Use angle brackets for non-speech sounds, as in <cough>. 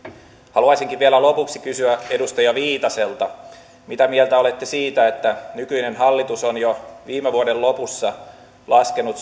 haluaisinkin vielä lopuksi kysyä edustaja viitaselta mitä mieltä olette siitä että nykyinen hallitus on jo viime vuoden lopussa laskenut <unintelligible>